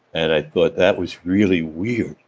and i thought that was really weird.